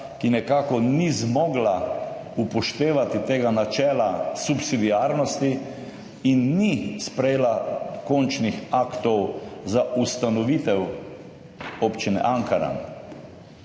ki nekako ni zmogla upoštevati tega načela subsidiarnosti in ni sprejela končnih aktov za ustanovitev Občine Ankaran.